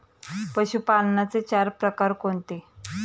पशुपालनाचे चार प्रकार कोणते?